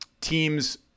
teams